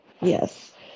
Yes